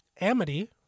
Amity